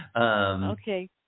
Okay